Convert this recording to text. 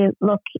look